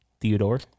Theodore